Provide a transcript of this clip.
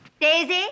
Daisy